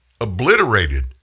obliterated